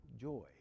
joy